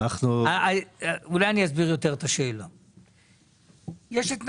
יש את נתב"ג,